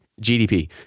GDP